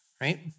right